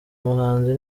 muhanzi